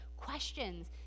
Questions